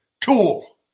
tool